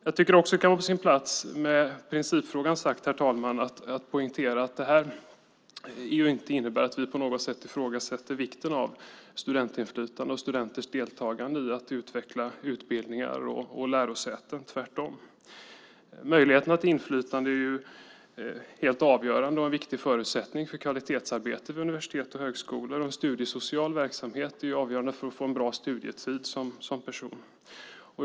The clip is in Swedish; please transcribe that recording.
Jag tycker också att det kan vara på sin plats i samband med principfrågan att poängtera att det här inte innebär att vi på något sätt ifrågasätter vikten av studentinflytande och studenters deltagande i att utveckla utbildningar och lärosäten, tvärtom. Möjligheterna till inflytande är helt avgörande och en viktig förutsättning för kvalitetsarbetet på universitet och högskolor. Studiesocial verksamhet är också avgörande för att man som person ska få en bra studietid.